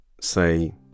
say